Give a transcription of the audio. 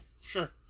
Sure